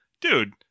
dude